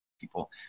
people